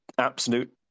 absolute